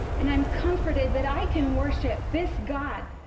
and i'm comforted that i can worship this god,